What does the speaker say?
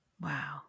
Wow